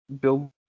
build